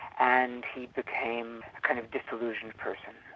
and he became a kind of disillusioned person.